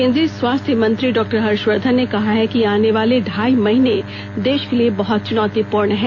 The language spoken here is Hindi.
केंद्रीय स्वास्थ्य मंत्री डॉ हर्षवर्धन ने कहा है कि आने वाले ढाई महीने देश के लिए बहत चुनौतीपूर्ण हैं